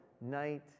night